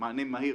מענה מהיר